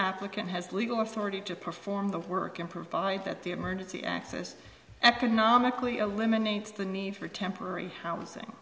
applicant has legal authority to perform the work and provide that the emergency access economically eliminates the need for temporary housing